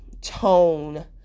tone